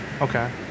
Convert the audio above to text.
okay